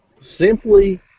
Simply